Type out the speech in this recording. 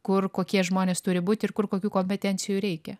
kur kokie žmonės turi būt ir kur kokių kompetencijų reikia